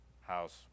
house